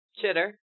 Chitter